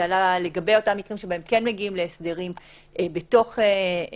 זה עלה לגבי אותם מקרים שבהם כן מגיעים להסדרים בתוך המהו"ת.